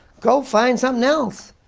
go find something else.